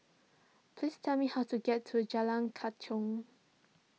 please tell me how to get to Jalan Kechot